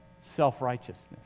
self-righteousness